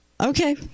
Okay